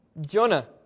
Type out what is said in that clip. Jonah